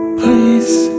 please